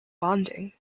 bonding